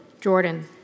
Jordan